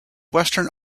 western